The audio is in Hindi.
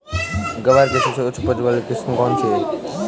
ग्वार की सबसे उच्च उपज वाली किस्म कौनसी है?